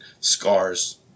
scars